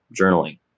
journaling